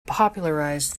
popularized